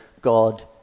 God